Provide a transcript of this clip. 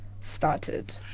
started